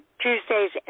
Tuesday's